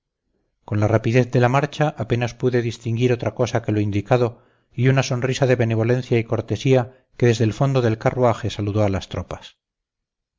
con la rapidez de la marcha apenas pude distinguir otra cosa que lo indicado y una sonrisa de benevolencia y cortesía que desde el fondo del carruaje saludó a las tropas